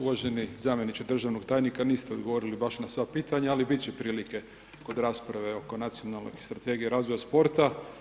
Uvaženi zamjeniče državnog tajnika niste odgovorili baš na sva pitanja ali biti će prilike kod rasprave oko Nacionalne strategije razvoja sporta.